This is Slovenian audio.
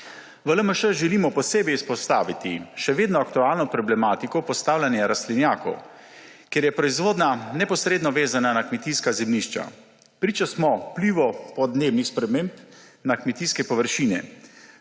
V LMŠ želimo posebej izpostaviti še vedno aktualno problematiko postavljanja rastlinjakov, ker je proizvodnja neposredno vezana na kmetijska zemljišča. Priča smo vplivov podnebnih sprememb na kmetijske površine,